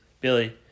Billy